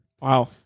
Wow